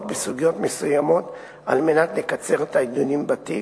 בסוגיות מסוימות על מנת לקצר את הדיונים בתיק,